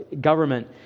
government